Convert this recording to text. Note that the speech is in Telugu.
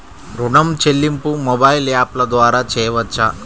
ఋణం చెల్లింపు మొబైల్ యాప్ల ద్వార చేయవచ్చా?